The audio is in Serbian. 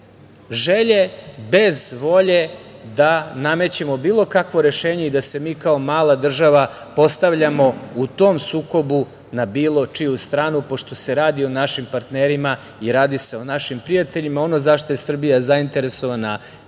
želje, bez volje da namećemo bilo kakvo rešenje i da se mi kao mala država postavljamo u tom sukobu na bilo čiju stranu, pošto se radi o našim partnerima i radi se o našim prijateljima. Ono za šta je Srbija zainteresovana